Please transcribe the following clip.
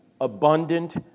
abundant